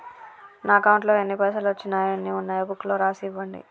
నా అకౌంట్లో ఎన్ని పైసలు వచ్చినాయో ఎన్ని ఉన్నాయో బుక్ లో రాసి ఇవ్వండి?